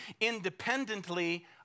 independently